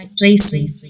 tracing